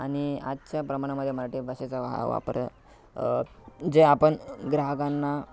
आणि आजच्या प्रमाणामध्ये मराठी भाषेचा वा वापर जे आपण ग्राहकांना